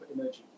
energy